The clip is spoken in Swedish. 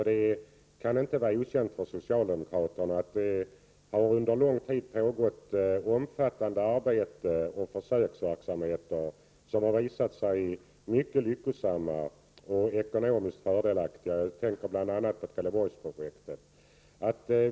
Det kan inte vara okänt för socialdemokraterna att det under lång tid har pågått ett omfattande arbete och försöksverksamheter som har visat sig mycket lyckosamma och ekonomiskt fördelaktiga. Jag tänker bl.a. på Trelleborgsprojektet.